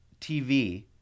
TV